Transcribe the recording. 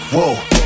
Whoa